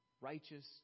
righteous